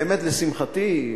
באמת לשמחתי,